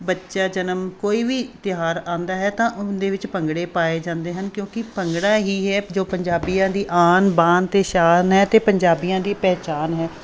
ਬੱਚਾ ਜਨਮ ਕੋਈ ਵੀ ਤਿਉਹਾਰ ਆਉਂਦਾ ਹੈ ਤਾਂ ਉਹਦੇ ਵਿੱਚ ਭੰਗੜੇ ਪਾਏ ਜਾਂਦੇ ਹਨ ਕਿਉਂਕਿ ਭੰਗੜਾ ਹੀ ਹੈ ਜੋ ਪੰਜਾਬੀਆਂ ਦੀ ਆਨ ਬਾਨ ਅਤੇ ਸ਼ਾਨ ਹੈ ਅਤੇ ਪੰਜਾਬੀਆਂ ਦੀ ਪਹਿਚਾਣ ਹੈ